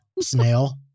Snail